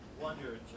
wondered